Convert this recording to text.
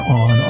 on